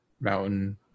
mountain